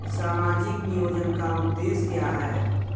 सामाजिक नियोजन का उद्देश्य क्या है?